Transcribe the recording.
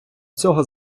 цього